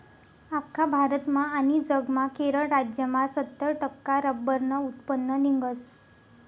आख्खा भारतमा आनी जगमा केरळ राज्यमा सत्तर टक्का रब्बरनं उत्पन्न निंघस